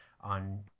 on